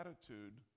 attitude